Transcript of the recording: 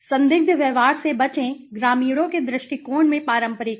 संदिग्ध व्यवहार से बचें ग्रामीणों के दृष्टिकोण में पारंपरिक हैं